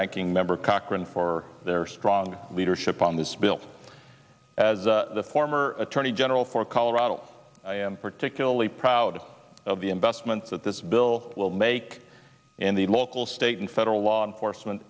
ranking member cochran for their strong leadership on this bill as the former attorney general for colorado i am particularly proud of the investments that this bill we'll make in the local state and federal law enforcement